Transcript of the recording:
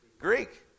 Greek